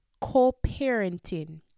co-parenting